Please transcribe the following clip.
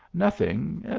nothing,